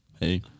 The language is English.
Hey